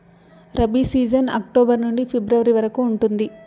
rabi season October నుండి February వరకు ఉంటుంది